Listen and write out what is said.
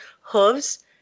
hooves